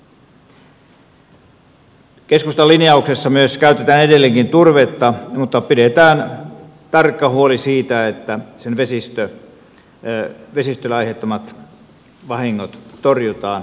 keskustan linjauksessa myös käytetään edelleenkin turvetta mutta pidetään tarkka huoli siitä että sen vesistölle aiheuttamat vahingot torjutaan